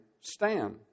stand